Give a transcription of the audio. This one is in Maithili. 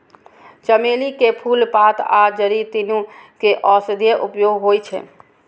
चमेली के फूल, पात आ जड़ि, तीनू के औषधीय उपयोग होइ छै